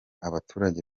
abaturage